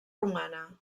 romana